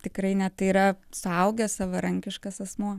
tikrai ne tai yra suaugęs savarankiškas asmuo